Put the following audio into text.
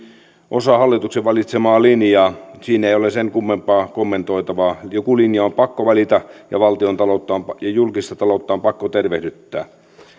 osa hallituksen valitsemaa linjaa siinä ei ole sen kummempaa kommentoitavaa joku linja on pakko valita ja julkista taloutta on pakko tervehdyttää